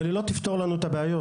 אבל היא לא תפתור לנו את הבעיות.